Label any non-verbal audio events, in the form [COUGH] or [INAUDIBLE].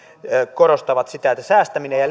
korostaa sitä että säästäminen ja [UNINTELLIGIBLE]